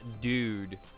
dude